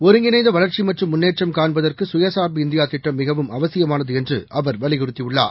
ஒருங்கிணைந்தவளர்ச்சிமற்றும்முன்னேற்றம்காண்பத ற்குசுயச்சார்புஇந்தியாதிட்டம்மிகவும்அவசியமானதுஎன்று அவர்வலியுறுத்தியுள்ளார்